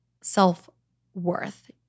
self-worth